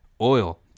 oil